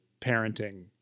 parenting